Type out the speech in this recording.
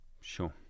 Sure